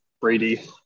Brady